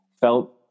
Felt